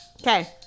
Okay